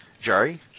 Jerry